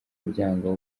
muryango